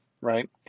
right